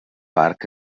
parc